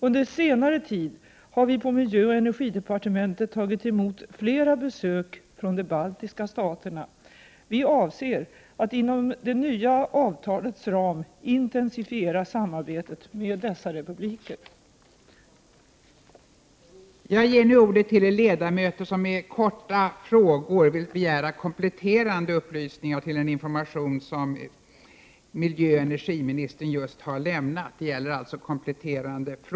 Under senare tid har vi på miljöoch energidepartementet tagit emot flera besök från de baltiska staterna. Vi avser att inom det nya avtalets ram intensifiera samarbetet med dessa republiker.